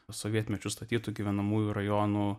sovietmečiu statytų gyvenamųjų rajonų